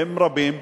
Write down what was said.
הם רבים,